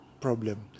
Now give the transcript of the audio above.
problem